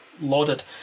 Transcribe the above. lauded